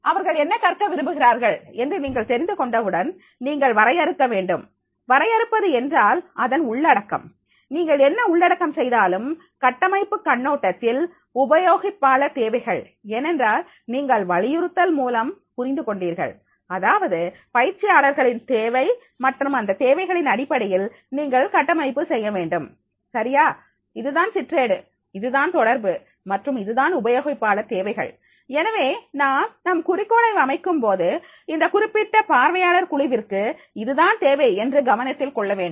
அவர்கள் என்ன கற்க விரும்புகிறார்கள் என்று நீங்கள் தெரிந்து கொண்டவுடன் நீங்கள் வரையறுக்க வேண்டும் வரையறுப்பது என்றால் அதன் உள்ளடக்கம் நீங்கள் என்ன உள்ளடக்கம் செய்தாலும் கட்டமைப்பு கண்ணோட்டத்தில் உபயோகிப்பாளர் தேவைகள் ஏனென்றால் நீங்கள் வலியுறுத்தல் மூலம் புரிந்து கொண்டீர்கள் அதாவது பயிற்சியாளர்களின் தேவை மற்றும் அந்தத் தேவைகளின் அடிப்படையில் நீங்கள் கட்டமைப்பு செய்ய வேண்டும் சரியா இதுதான் சிற்றேடு இதுதான் தொடர்பு மற்றும் இதுதான் உபயோகிப்பாளர் தேவைகள் எனவே நாம் நம் குறிக்கோளை அமைக்கும்போது இந்த குறிப்பிட்ட பார்வையாளர் குழுவிற்கு இது தான் தேவை என்று கவனத்தில் கொள்ள வேண்டும்